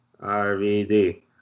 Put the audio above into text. RVD